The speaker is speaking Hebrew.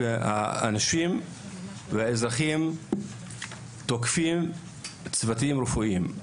שאנשים ואזרחים תוקפים צוותים רפואיים.